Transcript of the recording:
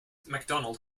macdonald